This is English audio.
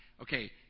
Okay